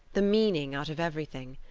the meaning out of everything.